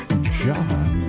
John